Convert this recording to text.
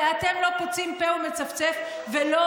ואתם לא פוצים פה ומצפצפים ולא